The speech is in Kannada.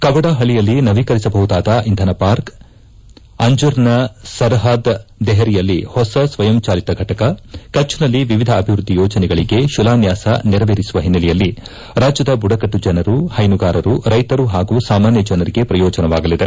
ಕವಡಾ ಹಳ್ಳಯಲ್ಲಿ ನವೀಕರಿಸಬಹುದಾದ ಇಂಧನ ಪಾರ್ಕ್ ಅಂಜರ್ನ ಸರ್ಹಾದ್ ದೆಹರಿಯಲ್ಲಿ ಹೊಸ ಸ್ವಯಂಚಾಲಿತ ಘಟಕ ಕಚ್ನಲ್ಲಿ ವಿವಿಧ ಅಭಿವೃದ್ಧಿ ಯೋಜನೆಗಳಿಗೆ ಶಿಲಾನ್ಯಾಸ ನೆರವೇರಿಸುವ ಹಿನ್ನೆಲೆಯಲ್ಲಿ ರಾಜ್ಯದ ಬುಡಕಟ್ಟು ಜನರು ಹೈಸುಗಾರರು ರೈತರು ಹಾಗೂ ಸಾಮಾನ್ಯ ಜನರಿಗೆ ಪ್ರಯೋಜನವಾಗಲಿದೆ